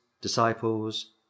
disciples